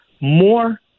more